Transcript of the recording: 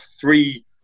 three